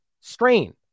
strain